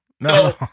No